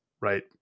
Right